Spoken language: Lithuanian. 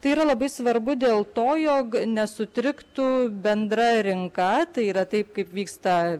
tai yra labai svarbu dėl to jog nesutriktų bendra rinka tai yra taip kaip vyksta